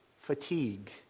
fatigue